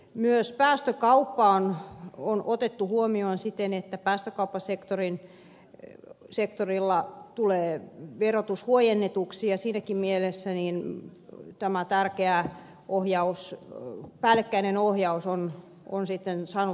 myös päästökauppa on otettu huomioon siten että päästökauppasektorilla tulee verotus huojennetuksi ja siinäkin mielessä niin tämä päällekkäinen ohjaus on sitten saanut lievennystä